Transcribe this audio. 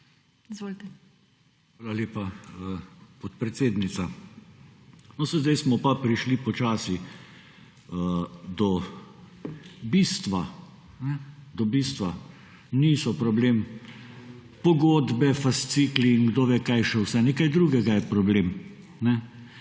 Hvala lepa, podpredsednica. No, saj zdaj smo pa prišli počasi do bistva. Niso problem pogodbe, fascikli in kdo ve kaj še vse. Nekaj drugega je problem.